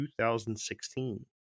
2016